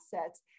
assets